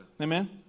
Amen